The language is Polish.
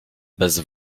bez